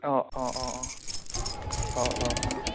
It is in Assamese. অ' অ' অ' অ' অ' অ' অ'